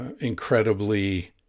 Incredibly